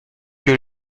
que